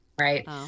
right